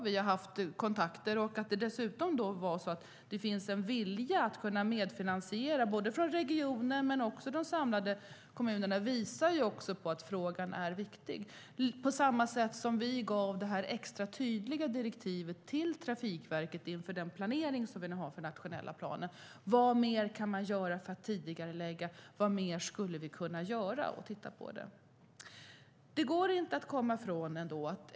Vi har haft kontakter, och att det finns en vilja att medfinansiera från regionen och kommunerna visar att frågan är viktig. Vi gav också ett extra tydligt direktiv till Trafikverket inför planeringen av nationella planen att titta på vad man mer kan göra för att tidigarelägga det.